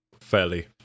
fairly